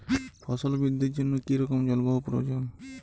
ফসল বৃদ্ধির জন্য কী রকম জলবায়ু প্রয়োজন?